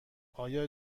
آیا